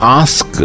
ask